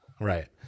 Right